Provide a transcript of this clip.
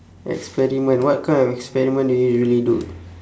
experiment what kind of experiment do you usually do